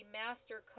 master